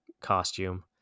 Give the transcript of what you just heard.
costume